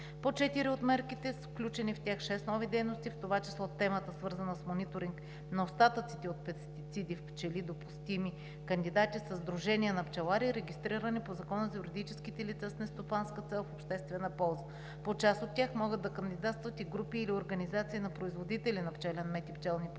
от мерките са включени нови дейности, в това число темата, свързана с мониторинг на остатъците от допустими пестициди в пчели, кандидати са сдружения на пчелари, регистрирани по Закона за юридическите лица с нестопанска цел в обществена полза. По част от тях могат да кандидатстват и групи или организации на производители на пчелен мед и пчелни продукти,